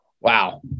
Wow